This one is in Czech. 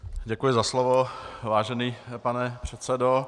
Děkuji za slovo, vážený pane předsedo.